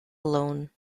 alone